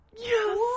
Yes